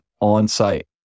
on-site